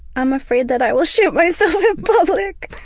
i'm afraid that i will shit myself in public.